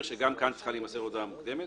שגם כאן צריכה להימסר הודעה מוקדמת.